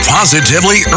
Positively